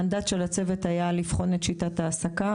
המנדט של הצוות היה לבחון את שיטת ההעסקה;